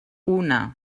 una